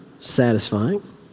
satisfying